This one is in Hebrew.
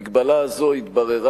המגבלה הזו התבררה